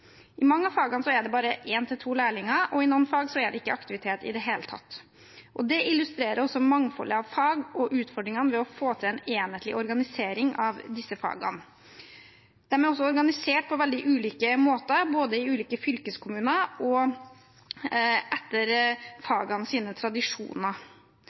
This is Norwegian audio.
I mange av fagene er det bare en til to lærlinger, og i noen fag er det ikke aktivitet i det hele tatt. Det illustrerer også mangfoldet av fag og utfordringene ved å få til en enhetlig organisering av disse fagene. De er også organisert på veldig ulike måter, både i ulike fylkeskommuner og etter